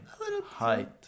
height